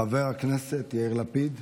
חבר הכנסת יאיר לפיד.